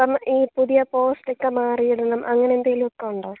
ഇപ്പം ഈ പുതിയ പോസ്റ്റക്കെ മാറിയിടണം അങ്ങനെ എന്തേലുമൊക്കെ ഉണ്ടോ